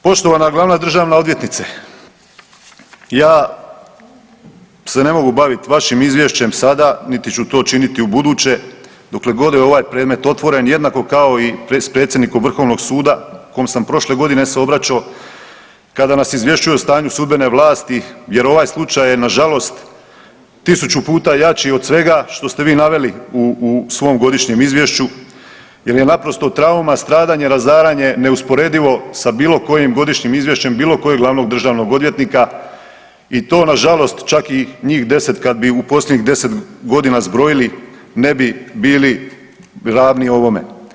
Poštovana glavna državna odvjetnice, ja se ne mogu bavit vašim izvješćem sada niti ću to činiti ubuduće dokle god je ovaj predmet otvoren, jednako kao i s predsjednikom vrhovnog suda kom sam prošle godine se obraćao kada nas izvješćuje o stanju sudbene vlasti jer ovaj slučaj je nažalost tisuću puta jači od svega što ste vi naveli u svom godišnjem izvješću jel je naprosto trauma stradanje, razaranje, neusporedivo sa bilo kojim godišnjim izvješćem bilo kojeg glavnog državnog odvjetnika i to nažalost čak i njih 10 kad bi u posljednjih 10.g. zbrojili ne bi bili ravni ovome.